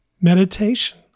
meditation